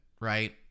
right